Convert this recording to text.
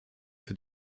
für